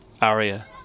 Aria